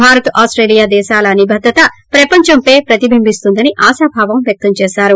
Bharat Australia దేశాల నిబద్గత ప్రపంచంపై ప్రతిబింభిస్తుందని ఆశాభావం వ్యక్తం చేశారు